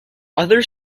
other